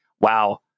wow